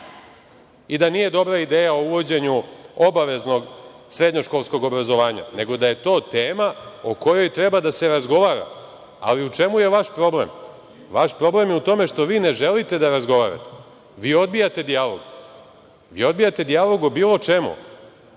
i da nije dobra ideja o uvođenju obaveznog srednjoškolskog obrazovanja, nego da je to tema o kojoj treba da se razgovara.U čemu je vaš problem? Vaš problem je u tome što vi ne želite da razgovarate, vi odbijate dijalog. Vi odbijate dijalog o bilo čemu